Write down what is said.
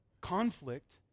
conflict